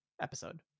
episode